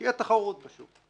שתהיה תחרות בשוק.